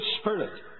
Spirit